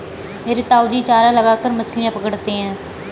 मेरे ताऊजी चारा लगाकर मछलियां पकड़ते हैं